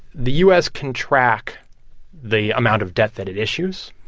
the u s. can track the amount of debt that it issues.